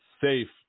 safe